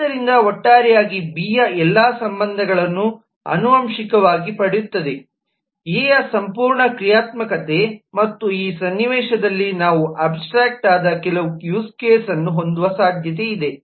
ಆದ್ದರಿಂದ ಒಟ್ಟಾರೆಯಾಗಿ ಬಿ ಯ ಎಲ್ಲಾ ಸಂಬಂಧಗಳನ್ನು ಆನುವಂಶಿಕವಾಗಿ ಪಡೆಯುತ್ತದೆ ಎ ಯ ಸಂಪೂರ್ಣ ಕ್ರಿಯಾತ್ಮಕತೆ ಮತ್ತು ಈ ಸನ್ನಿವೇಶದಲ್ಲಿ ನಾವು ಅಬ್ಸ್ಟ್ರಾಕ್ಟ್ ಆದ ಕೆಲವು ಯೂಸ್ ಕೇಸ್ನ್ನು ಹೊಂದುವ ಸಾಧ್ಯತೆಯಿದೆ